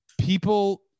people